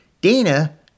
Dana